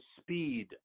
speed